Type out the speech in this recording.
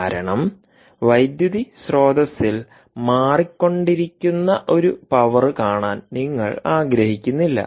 കാരണം വൈദ്യുതി സ്രോതസ്സിൽ മാറിക്കൊണ്ടിരിക്കുന്ന ഒരു പവർ കാണാൻ നിങ്ങൾ ആഗ്രഹിക്കുന്നില്ല